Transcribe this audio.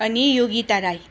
अनि योगिता राई